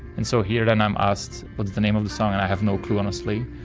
and so here then i am asked but the name of the song, and i have no clue honestly.